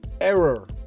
error